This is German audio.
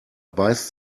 beißt